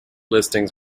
listings